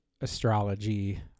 astrology